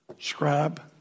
scribe